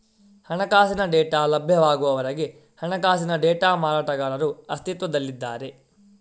ಹಣಕಾಸಿನ ಡೇಟಾ ಲಭ್ಯವಾಗುವವರೆಗೆ ಹಣಕಾಸಿನ ಡೇಟಾ ಮಾರಾಟಗಾರರು ಅಸ್ತಿತ್ವದಲ್ಲಿದ್ದಾರೆ